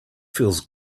feels